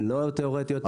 לא תיאורטיות.